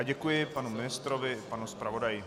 Děkuji panu ministrovi i panu zpravodaji.